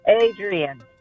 Adrian